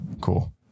cool